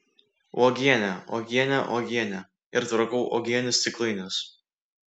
uogienė uogienė uogienė ir tvarkau uogienių stiklainius